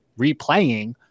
replaying